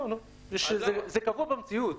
זה קבוע במציאות.